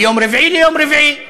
מיום רביעי ליום רביעי,